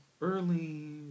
early